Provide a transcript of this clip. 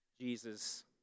Jesus